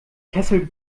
kessel